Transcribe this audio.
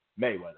Mayweather